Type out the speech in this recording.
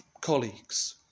colleagues